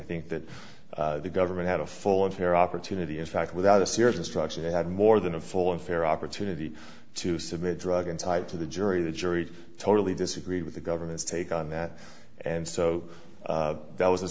think that the government had a full and fair opportunity in fact without a serious instruction they had more than a full and fair opportunity to submit drug and tied to the jury the jury totally disagreed with the government's take on that and so that was